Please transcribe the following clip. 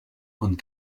punt